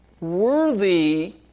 worthy